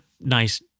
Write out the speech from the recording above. nice